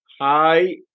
hi